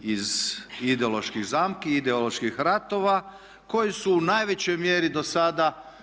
iz ideoloških zamki, ideoloških ratova koji su u najvećoj mjeri do sada